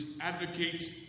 advocates